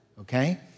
okay